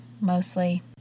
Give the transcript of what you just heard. mostly